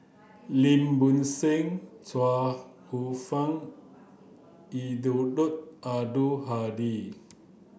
Lim Bo Seng Chuang Hsueh Fang and Eddino Abdul Hadi